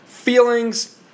Feelings